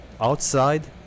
outside